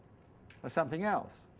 of something else.